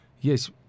yes